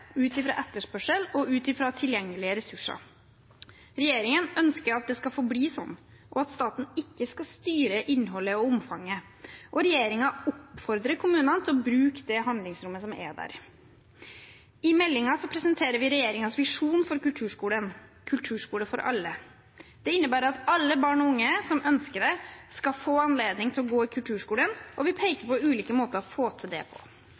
ut fra etterspørsel og tilgjengelige ressurser. Regjeringen ønsker at det skal forbli slik og at staten ikke skal styre innholdet og omfanget, og regjeringen oppfordrer kommunene til å bruke dette handlingsrommet. I meldingen presenterer vi regjeringens visjon for kulturskolen: Kulturskole for alle. Det innebærer at alle barn og unge som ønsker det, skal få anledning til å gå i kulturskolen, og vi peker på ulike måter å få til dette på.